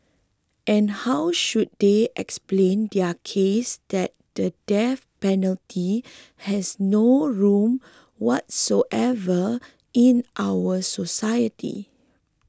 and how should they explain their case that the death penalty has no room whatsoever in our society